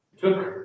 took